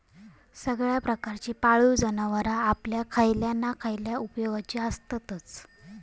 सगळ्या प्रकारची पाळीव जनावरां आपल्या खयल्या ना खयल्या उपेगाची आसततच